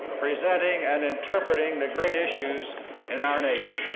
presenting, and interpreting the great issues in our nation